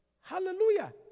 Hallelujah